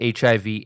HIV